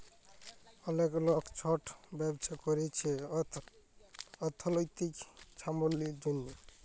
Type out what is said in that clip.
অলেক লক ছট ব্যবছা ক্যইরছে অথ্থলৈতিক ছাবলম্বীর জ্যনহে